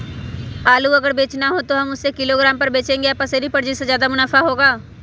आलू अगर बेचना हो तो हम उससे किलोग्राम पर बचेंगे या पसेरी पर जिससे ज्यादा मुनाफा होगा?